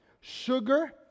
sugar